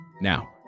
Now